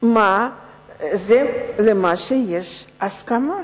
בגלל זה יש הסכמה.